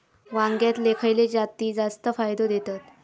वांग्यातले खयले जाती जास्त फायदो देतत?